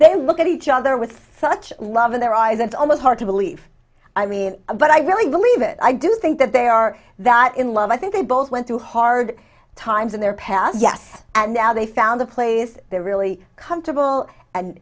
they look at each other with such love in their eyes it's almost hard to believe i mean but i really believe it i do think that they are that in love i think they both went through hard times in their past yes and now they found a place they really comfortable and